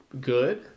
good